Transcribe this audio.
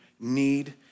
need